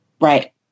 Right